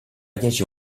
llegir